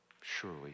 Surely